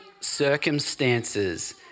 circumstances